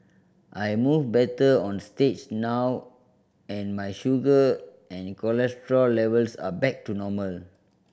I move better on stage now and my sugar and cholesterol levels are back to normal